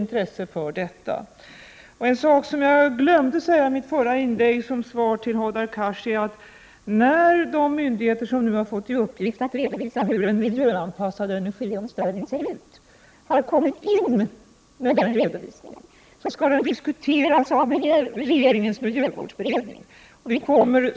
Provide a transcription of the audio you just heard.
I mitt förra inlägg till Hadar Cars glömde jag att säga, att när de myndigheter som nu har fått i uppgift att redovisa hur en miljöanpassad energiomställning ser ut har kommit in med den redovisningen, skall den diskuteras av regeringens miljövårdsberedning.